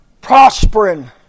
prospering